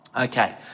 Okay